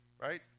right